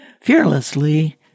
Fearlessly